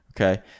Okay